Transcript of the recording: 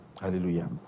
Hallelujah